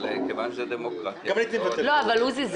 אבל מכיוון שזה דמוקרטיה --- אבל עוזי,